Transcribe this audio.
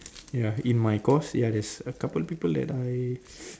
ya in my course ya there's a couple of people that I